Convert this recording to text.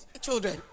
children